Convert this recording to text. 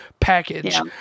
package